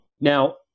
Now